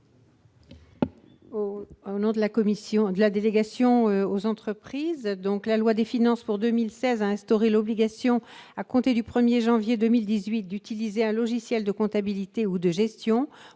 au nom de la délégation aux entreprises. La loi de finances pour 2016 a instauré l'obligation d'utiliser, à compter du 1 janvier 2018, un logiciel de comptabilité ou de gestion,